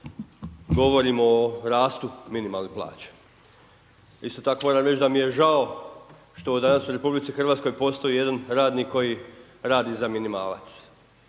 govorimo o rastu minimalne plaće. Isto tako moram reći da mi je žao što danas u RH postoji jedan radnik radi za minimalac